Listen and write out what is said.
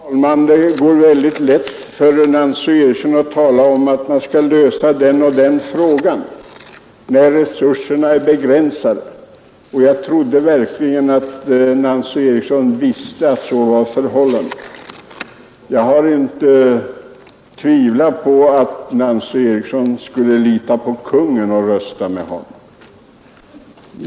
Herr talman! Ja, herr talman, det går väldigt lätt för Nancy Eriksson att tala om att man skall lösa den och den frågan, när resurserna är begränsade. Jag trodde verkligen att Nancy Eriksson visste att så var förhållandet. Jag har inte tvivlat på att Nancy Eriksson skulle lita på Kungen och rösta med honom.